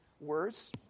words